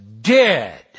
dead